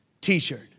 T-shirt